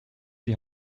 die